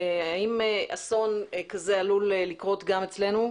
האם אסון כזה עלול לקרות גם אצלנו,